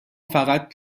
فقط